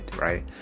right